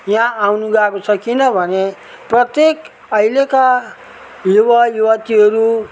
यहाँ आउनु गएको छ किनभने प्रत्येक अहिलेका युवायुवतीहरू